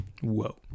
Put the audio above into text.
Whoa